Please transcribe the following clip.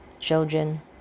Children